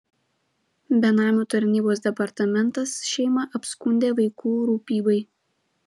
benamių tarnybos departamentas šeimą apskundė vaikų rūpybai